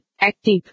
Active